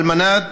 על מנת